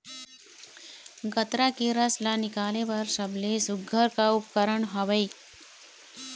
गन्ना के रस ला निकाले बर सबले सुघ्घर का उपकरण हवए?